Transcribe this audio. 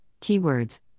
keywords